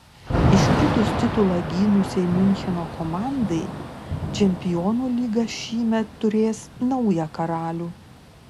iškritus titulą gynusiai miuncheno komandai čempionų lyga šįmet turės naują karalių